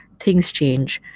things change.